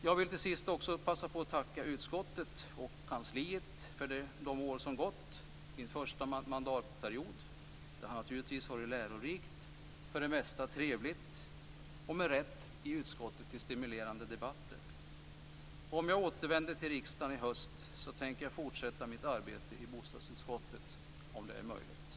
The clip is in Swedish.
Jag vill också passa på att tacka utskottet och kansliet för de år som gått, min första mandatperiod. Det har naturligtvis varit lärorikt, för det mesta trevligt, och med rätt till stimulerande debatter i utskottet. Om jag återvänder till riksdagen i höst tänker jag fortsätta mitt arbete i bostadsutskottet, om det är möjligt.